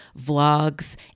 vlogs